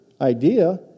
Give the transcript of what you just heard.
idea